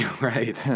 Right